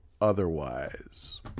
otherwise